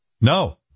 No